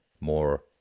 More